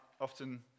often